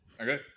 Okay